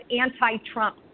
anti-Trump